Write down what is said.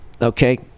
Okay